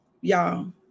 Y'all